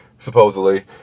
supposedly